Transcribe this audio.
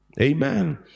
Amen